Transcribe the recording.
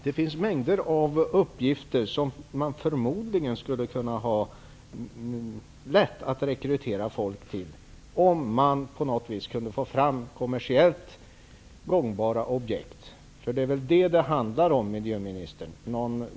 Det finns mängder av uppgifter som man förmodligen skulle ha lätt att rekrytera folk till, om man kunde få fram kommersiellt gångbara objekt. Det är väl vad det handlar om, miljöministern?